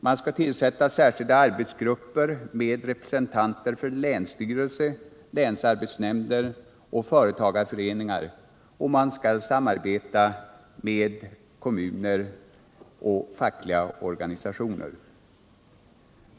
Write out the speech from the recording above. Man skall tillsätta särskilda arbetsgrupper med representanter för länsstyrelse, länsarbetsnämnder och företagarföreningar, och man skall samarbeta med kommuner och fackliga organisationer.